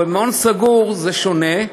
אבל מעון סגור זה שונה.